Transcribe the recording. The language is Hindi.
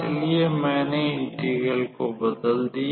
इसलिए मैंने इंटेग्रल को बदल दिया